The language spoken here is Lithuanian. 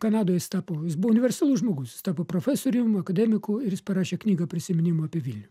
kanadoj jis tapo universalus žmogus jis tapo profesorium akademiku ir jis parašė knygą prisiminimų apie vilnių